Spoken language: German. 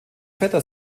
vetter